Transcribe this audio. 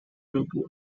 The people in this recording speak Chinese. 俱乐部